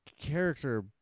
character